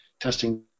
testing